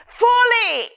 fully